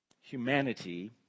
Humanity